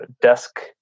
desk